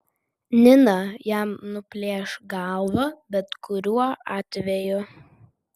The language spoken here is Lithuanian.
nina jam nuplėš galvą bet kuriuo atveju